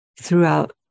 throughout